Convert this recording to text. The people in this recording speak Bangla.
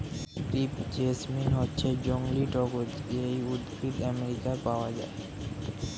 ক্রেপ জেসমিন হচ্ছে জংলী টগর যেই উদ্ভিদ আমেরিকায় পাওয়া যায়